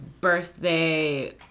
birthday